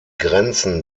grenzen